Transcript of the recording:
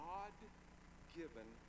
God-given